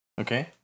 Okay